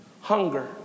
Hunger